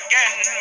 Again